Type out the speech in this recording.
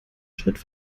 schritt